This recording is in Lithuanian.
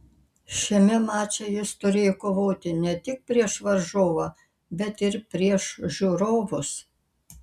šiame mače jis turėjo kovoti ne tik prieš varžovą bet ir prieš žiūrovus